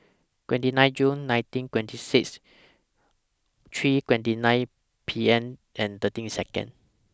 twenty nine June nineteen twenty six three twenty nine P M and thirteen Second